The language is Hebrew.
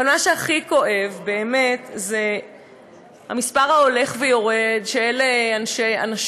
אבל מה שהכי כואב באמת זה המספר ההולך ויורד של אנשים,